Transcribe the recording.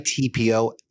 TPO